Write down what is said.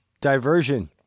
diversion